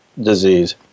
disease